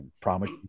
promise